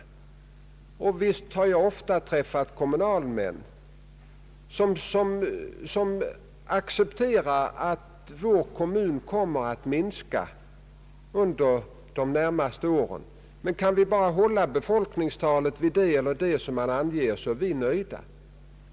Nog har jag därvid träffat kommunalmän som accepterar att befolkningen i deras kommun kommer att minska under de närmaste åren. De har förklarat sig nöjda om bara befolkningstalet kan hållas vid en viss angiven nivå.